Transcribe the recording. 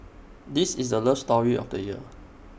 this is the love story of the year